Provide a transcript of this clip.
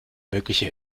mögliche